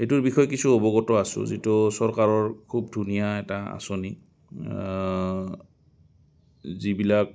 এইটোৰ বিষয়ে কিছু অৱগত আছো যিটো চৰকাৰৰ খুব ধুনীয়া এটা আঁচনি যিবিলাক